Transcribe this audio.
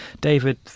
David